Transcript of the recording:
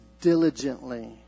diligently